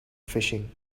fishing